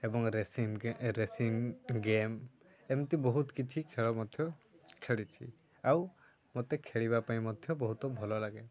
ଏବଂ racing game ଏମିତି ବହୁତ କିଛି ଖେଳ ମଧ୍ୟ ଖେଳିଛି ଆଉ ମୋତେ ଖେଳିବା ପାଇଁ ମଧ୍ୟ ବହୁତ ଭଲ ଲାଗେ